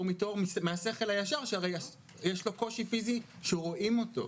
מתור מהשכל הישר שהרי יש לו קושי פיזי שרואים אותו,